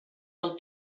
del